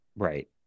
right